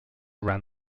ran